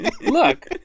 Look